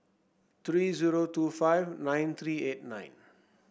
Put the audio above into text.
three zero two five nine three eight nine